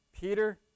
Peter